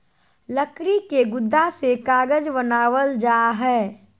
लकड़ी के गुदा से कागज बनावल जा हय